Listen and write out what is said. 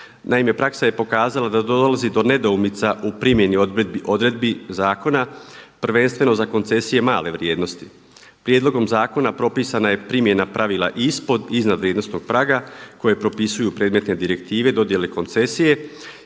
Naime, praksa je pokazala da dolazi do nedoumica u primjeni odredbi zakona prvenstveno za koncesije male vrijednosti. Prijedlogom zakona propisana je primjena pravila ispod i iznad vrijednosnog praga koje propisuju predmetne direktive dodjele koncesije